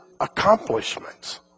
accomplishments